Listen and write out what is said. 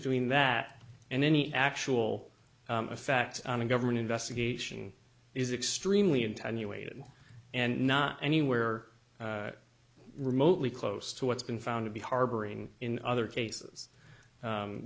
between that and any actual effect on a government investigation is extremely in time you waited and not anywhere remotely close to what's been found to be harboring in other cases